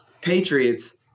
Patriots